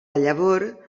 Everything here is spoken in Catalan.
llavor